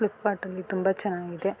ಫ್ಲಿಪ್ಕಾರ್ಟಲ್ಲಿ ತುಂಬ ಚೆನ್ನಾಗಿದೆ